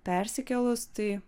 persikėlus tai